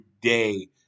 day